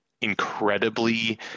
incredibly